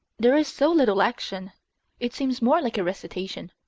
there is so little action it seems more like a recitation.